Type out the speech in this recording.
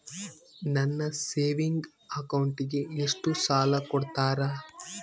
ನನ್ನ ಸೇವಿಂಗ್ ಅಕೌಂಟಿಗೆ ಎಷ್ಟು ಸಾಲ ಕೊಡ್ತಾರ?